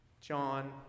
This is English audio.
John